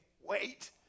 wait